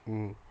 mm